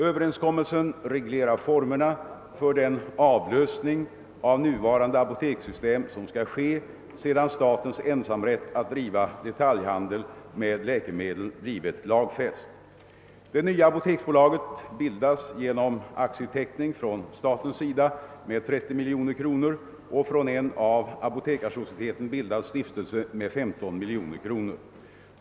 Överenskommelsen reglerar formerna för den avlösning av nuvarande apotekssystem som skall ske sedan statens ensamrätt att driva detaljhandel med läkemedel blivit lagfäst. Det nya apoteksbolaget bildas genom aktieteckning från staten med 30 miljoner kronor och från en av Apotekarsocieteten bildad stiftelse med 15 miljoner kronor.